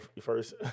first